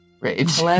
rage